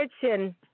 kitchen